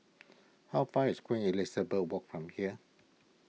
How far is Queen Elizabeth Walk from here